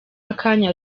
akanya